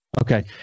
Okay